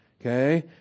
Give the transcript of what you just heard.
Okay